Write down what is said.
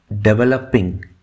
developing